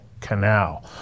Canal